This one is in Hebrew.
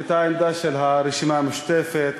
את העמדה של הרשימה המשותפת.